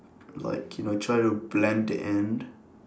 like you know try to blend in